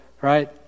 right